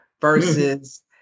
versus